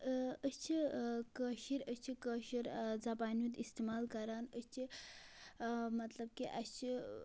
أسۍ چھِ کٲشِر أسۍ چھِ کٲشِر زَبانہِ ہُنٛد اِستعمال کَران أسۍ چھِ مطلب کہِ اَسہِ چھِ